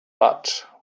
but